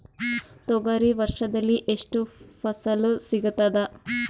ತೊಗರಿ ವರ್ಷದಲ್ಲಿ ಎಷ್ಟು ಫಸಲ ಸಿಗತದ?